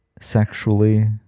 sexually